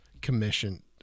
commission